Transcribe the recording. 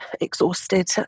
exhausted